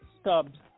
Stubbs